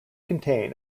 contain